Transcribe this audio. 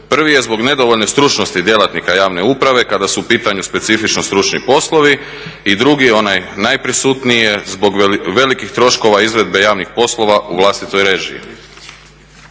Prvi je zbog nedovoljne stručnosti djelatnika javne uprave kada su u pitanju specifično stručni poslovi i drugi je onaj najprisutniji, zbog velikih troškova izvedbe javnih poslova u vlastitoj režiji.